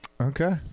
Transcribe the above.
Okay